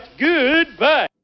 Goodbye